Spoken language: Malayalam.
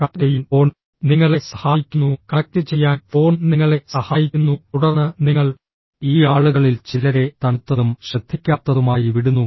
കണക്റ്റുചെയ്യാൻ ഫോൺ നിങ്ങളെ സഹായിക്കുന്നു കണക്റ്റുചെയ്യാൻ ഫോൺ നിങ്ങളെ സഹായിക്കുന്നു തുടർന്ന് നിങ്ങൾ ഈ ആളുകളിൽ ചിലരെ തണുത്തതും ശ്രദ്ധിക്കാത്തതുമായി വിടുന്നു